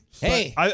Hey